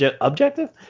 objective